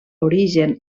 origen